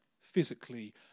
physically